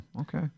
okay